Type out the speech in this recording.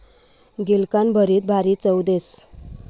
गिलकानं भरीत भारी चव देस